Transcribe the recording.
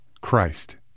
Christ